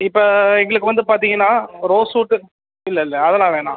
இப்போ எங்களுக்கு வந்து பார்த்தீங்கன்னா ரோஸ் வுட்டு இல்லை இல்லை அதெல்லாம் வேணாம்